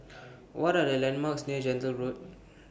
What Are The landmarks near Gentle Road